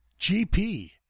GP